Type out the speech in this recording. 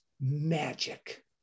magic